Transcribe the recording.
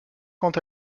quant